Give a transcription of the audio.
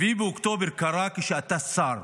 7 באוקטובר קרה כשאתה שר,